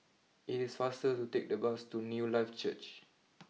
it is faster to take the bus to Newlife Church